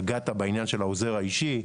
נגעת בעניין של העוזר האישי.